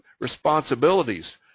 responsibilities